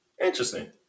Interesting